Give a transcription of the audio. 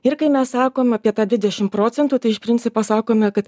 ir kai mes sakom apie tą dvidešimt procentų tai iš principo sakome kad